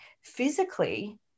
Physically